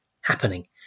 happening